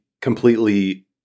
completely